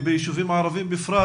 וביישובים הערבים בפרט,